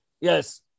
Yes